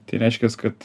tai reiškias kad